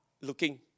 looking